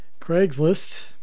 Craigslist